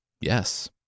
Yes